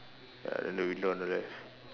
ya then the window on the left